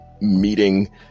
meeting